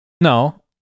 No